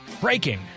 Breaking